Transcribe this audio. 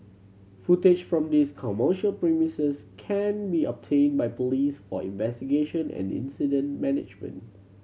footage from these commercial premises can be obtained by police for investigation and incident management